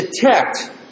detect